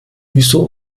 wieso